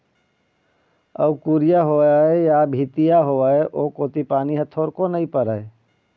अउ कुरिया होवय या भीतिया होवय ओ कोती पानी ह थोरको नइ परय